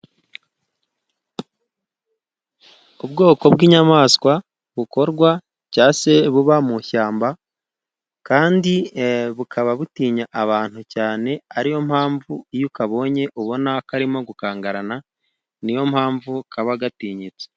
Ubwoko bw'inyamaswa bukorwa cyangwa se buba mu ishyamba kandi bukaba butinya abantu cyane, ari yo mpamvu iyo ukabonye ubona karimo gukangarana, ni yo mpamvu kaba gatinyitse.